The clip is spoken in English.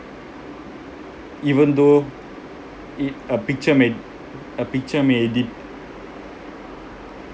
even though it a picture may a picture may de~